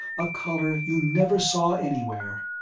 a color you never saw anywhere.